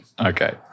Okay